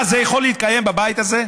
מה, זה יכול להתקיים בבית הזה?